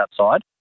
outside